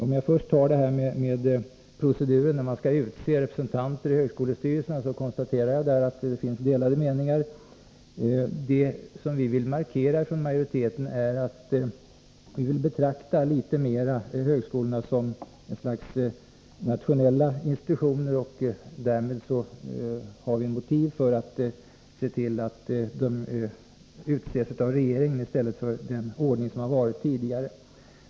Om jag först tar proceduren när man skall utse representanter i högskolestyrelserna konstaterar jag att det där finns delade meningar. Vad vi från majoriteten vill markera är att vi vill betrakta högskolorna litet mer som ett slags nationella institutioner. Därmed har vi motiv för att se till att styrelserepresentanterna utses av regeringen i stället för enligt den ordning som gällt tidigare.